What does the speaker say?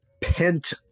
pent